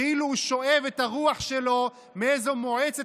כאילו הוא שואב את הרוח שלו מאיזו מועצת